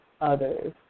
others